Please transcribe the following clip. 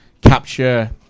capture